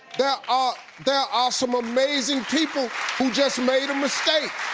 yeah ah there are some amazing people who just made a mistake.